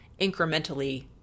incrementally